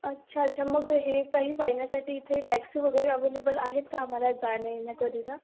अच्छा अच्छा मग हे काही पाहण्यासाठी इथे टॅक्सी वगैरे अवेलेबल आहेत का आम्हाला जाण्यायेण्याकरिता